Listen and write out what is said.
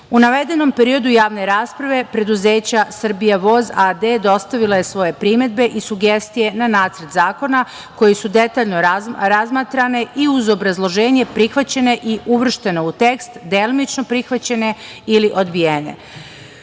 U navedenom periodu javne rasprave preduzeće „Srbija voz“ a.d. dostavilo je svoje primedbe i sugestije na Nacrt zakona, koje su detaljno razmatrane i uz obrazloženje prihvaćene i uvrštene u tekst, delimično prihvaćene ili odbijene. Predlogom